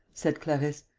said clarisse.